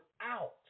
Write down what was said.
out